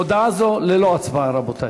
הודעה זו ללא הצבעה, רבותי.